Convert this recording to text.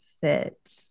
fit